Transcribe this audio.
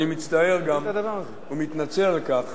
אני מצטער גם ומתנצל על כך